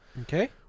Okay